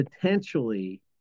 potentially